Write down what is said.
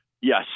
Yes